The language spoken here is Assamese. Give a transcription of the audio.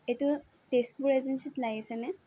এইটো তেজপুৰ এজেঞ্চিত লাগিছেনে